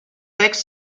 six